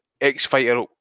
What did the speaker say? X-Fighter